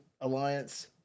alliance